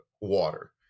water